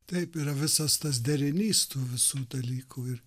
taip yra visas tas derinys tų visų dalykų ir